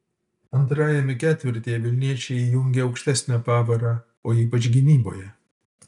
antrajame ketvirtyje vilniečiai įjungė aukštesnę pavarą o ypač gynyboje